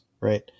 right